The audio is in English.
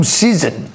season